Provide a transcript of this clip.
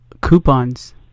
coupons